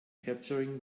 capturing